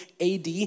AD